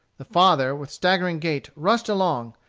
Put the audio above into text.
the father, with staggering gait, rushed along,